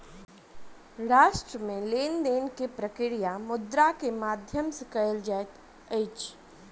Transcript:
राष्ट्र मे लेन देन के प्रक्रिया मुद्रा के माध्यम सॅ कयल जाइत अछि